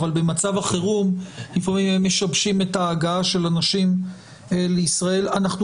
אבל במצב החירום לפעמים הם משבשים את ההגעה של אנשים לישראל; אנחנו